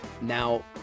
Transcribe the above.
Now